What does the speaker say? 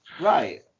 Right